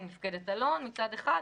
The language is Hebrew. עם מפקדת אלון מצד אחד,